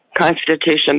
constitution